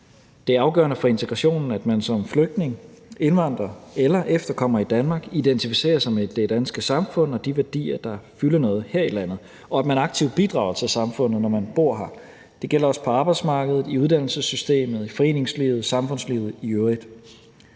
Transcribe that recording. Det er afgørende for integrationen, at man som flygtning, indvandrer eller efterkommer i Danmark identificerer sig med det danske samfund og de værdier, der fylder noget her i landet, og at man aktivt bidrager til samfundet, når man bor her. Det gælder også på arbejdsmarkedet, i uddannelsessystemet, i foreningslivet og i samfundslivet i øvrigt.